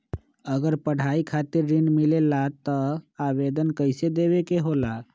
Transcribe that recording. अगर पढ़ाई खातीर ऋण मिले ला त आवेदन कईसे देवे के होला?